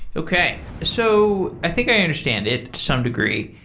okay. so i think i understand it to some degree.